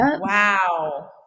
Wow